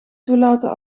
toelaten